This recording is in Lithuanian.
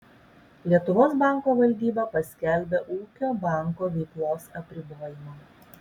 lietuvos banko valdyba paskelbė ūkio banko veiklos apribojimą